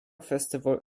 festival